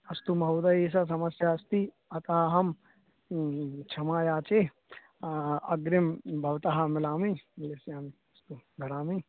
अस्तु महोदय एषा समस्या अस्ति अतः अहं क्षमा याचे अग्रिमं भवतः मिलामि मिलिष्यामि अस्तु धरामि